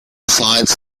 science